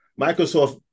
microsoft